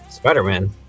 Spider-Man